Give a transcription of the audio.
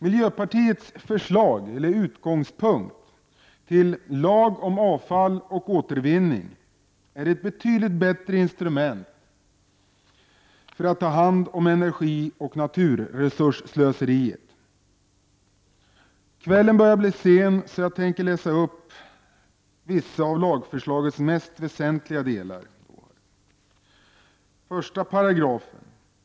Miljöpartiets förslag till ”lag om avfall och återvinning” är ett betydligt bättre instrument för att ta hand om energioch naturresursslöseriet. Även om kvällen är sen tänker jag nu läsa upp vissa av lagförslagets mest väsentliga delar. 1§.